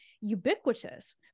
ubiquitous